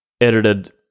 edited